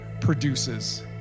produces